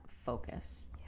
focus